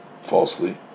falsely